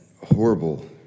horrible